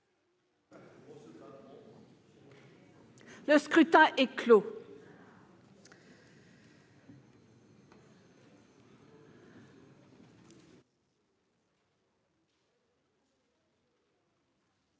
Le scrutin est clos.